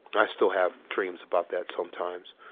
and i still have dreams about that sometimes